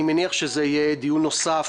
אני מניח שזה יהיה דיון נוסף,